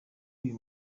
uyu